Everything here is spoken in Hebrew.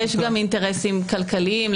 יש גם אינטרסים כלכליים,